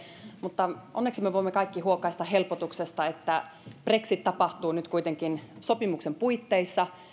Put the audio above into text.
mutta onneksi me me voimme kaikki huokaista helpotuksesta että brexit tapahtuu nyt kuitenkin sopimuksen puitteissa